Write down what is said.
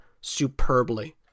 superbly